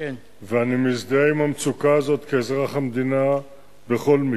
אני מזדהה עם המצוקה הזאת כאזרח המדינה בכל מקרה.